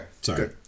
Sorry